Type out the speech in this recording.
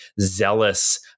zealous